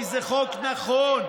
כי זה חוק נכון,